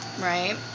Right